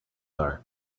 are